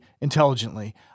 intelligently